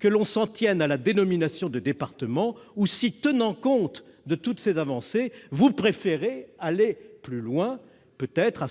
que l'on s'en tienne à la dénomination « département », ou si, tenant compte de toutes ces avancées, vous préférez aller plus loin. Peut-être